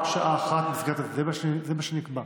רק שעה אחת, זה מה שנקבע,